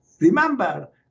Remember